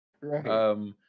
Right